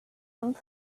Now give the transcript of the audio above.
him